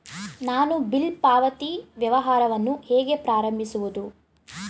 ನಾನು ಬಿಲ್ ಪಾವತಿ ವ್ಯವಹಾರವನ್ನು ಹೇಗೆ ಪ್ರಾರಂಭಿಸುವುದು?